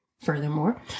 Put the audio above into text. Furthermore